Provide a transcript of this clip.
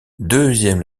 deuxième